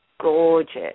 Gorgeous